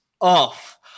off